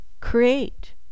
create